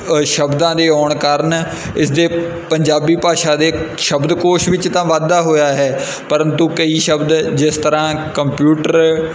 ਸ਼ਬਦਾਂ ਦੀ ਆਉਣ ਕਾਰਣ ਇਸ ਦੇ ਪੰਜਾਬੀ ਭਾਸ਼ਾ ਦੇ ਸ਼ਬਦ ਕੋਸ਼ ਵਿੱਚ ਤਾਂ ਵਾਧਾ ਹੋਇਆ ਹੈ ਪਰੰਤੂ ਕਈ ਸ਼ਬਦ ਜਿਸ ਤਰ੍ਹਾਂ ਕੰਪਿਊਟਰ